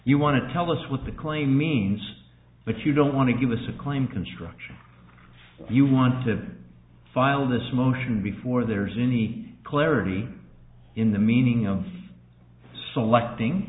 you want to tell us what the claim means but you don't want to give us a claim construction you wanted filed this motion before there's any clarity in the meaning of selecting